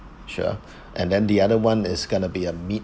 sure and then the other one is going to be a meat